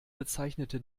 bezeichnete